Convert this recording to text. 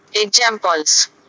Examples